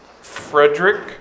Frederick